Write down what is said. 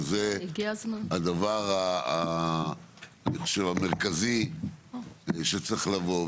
שזה הדבר המרכזי שצריך לבוא.